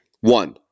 One